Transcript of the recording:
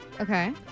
Okay